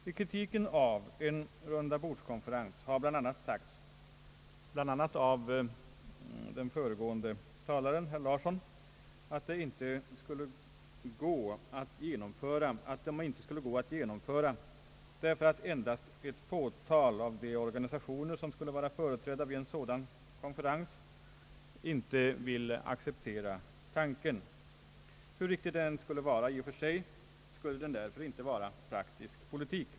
I kritiken av tanken på en rundabordskonferens har framhållits — bl.a. av den föregående talaren herr Larsson — att en sådan inte skulle gå att genomföra därför att endast ett fåtal av de organisationer som skulle vara företrädda vid en sådan konferens vill acceptera tanken. Hur riktigt det än skulle vara i och för sig skulle detta därför inte vara praktisk politik.